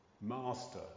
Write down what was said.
Master